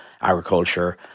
agriculture